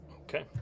Okay